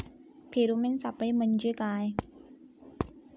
Pheromone सापळे म्हंजे काय?